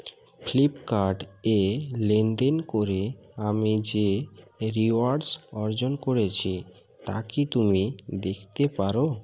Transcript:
Flipkart এ লেনদেন করে আমি যে রিওয়ার্ডস অর্জন করেছি তা কি তুমি দেখতে পারো